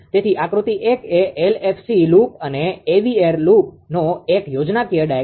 તેથી આકૃતિ 1 એ LFC લૂપ અને AVR લૂપનો એક યોજનાકીય ડાયાગ્રામ આપે છે